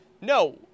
no